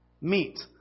meat